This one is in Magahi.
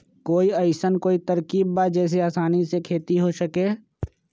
कोई अइसन कोई तरकीब बा जेसे आसानी से खेती हो सके?